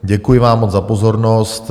Děkuji vám moc za pozornost.